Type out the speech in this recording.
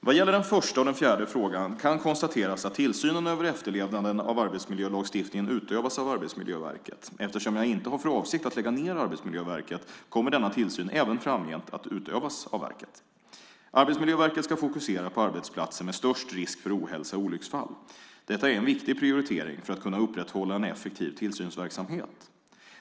Vad gäller den första och den fjärde frågan kan konstateras att tillsynen över efterlevnaden av arbetsmiljölagstiftningen utövas av Arbetsmiljöverket. Eftersom jag inte har för avsikt att lägga ned Arbetsmiljöverket kommer denna tillsyn även framgent att utövas av verket. Arbetsmiljöverket ska fokusera på arbetsplatser med störst risk för ohälsa och olycksfall. Detta är en viktig prioritering för att kunna upprätthålla en effektiv tillsynsverksamhet.